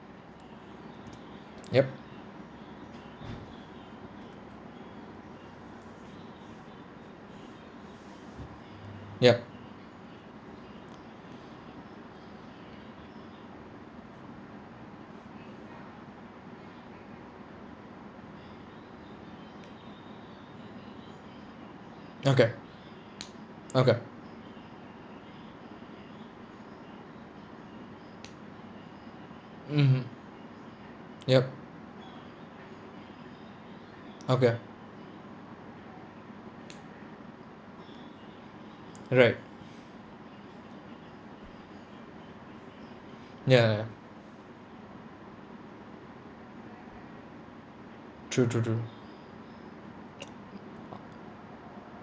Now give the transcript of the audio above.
yup yup okay okay mmhmm yup okay right ya ya true true true